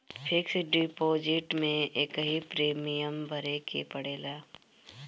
fix deposit में एकही premium भरे के पड़ेला